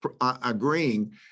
agreeing